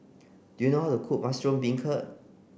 do you know how to cook mushroom beancurd